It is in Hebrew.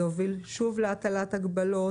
זה הוביל שוב להטלת הגבלות,